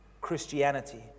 Christianity